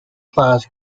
class